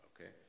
Okay